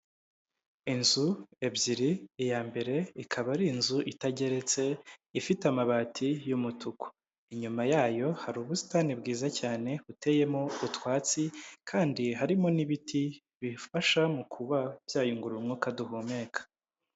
Inzu ebyiri iya mbere ikaba ari inzu itageretse ifite amabati y'umutuku, inyuma yayo hari ubusitani bwiza cyane uteyemo utwatsi kandi harimo n'ibiti bifasha mu kuba byayungurura umwuka duhumeka.